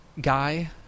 guy